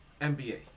NBA